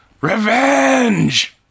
Revenge